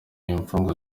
imfungwa